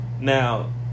Now